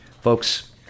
Folks